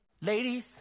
Ladies